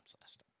last